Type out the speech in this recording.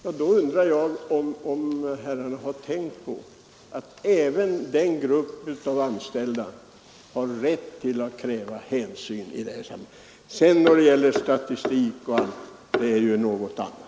Jag undrar om herrarna tänkt på att även den grupp som de handelsanställda utgör har rätt att härvidlag kräva ett hänsynstagande.